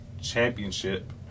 championship